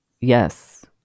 Yes